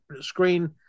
screen